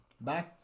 bye